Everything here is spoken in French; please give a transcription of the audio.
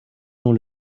dans